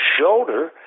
shoulder